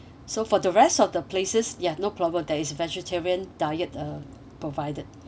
so for the rest of the places ya no problem there is vegetarian diet uh provided